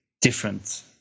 different